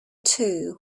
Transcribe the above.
too